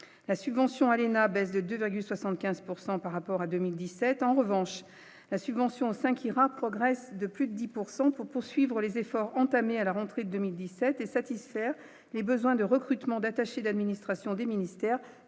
la subvention Aléna, baisse de 2,75 pourcent par rapport à 2017, en revanche, la subvention 5 ira progresse de plus de 10 pourcent pour poursuivre les efforts entamés à la rentrée 2017 et satisfaire les besoins de recrutement d'attaché d'administration des ministères